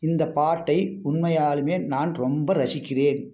இந்த பாட்டை உண்மையாலுமே நான் ரொம்ப ரசிக்கிறேன்